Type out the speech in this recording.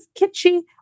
kitschy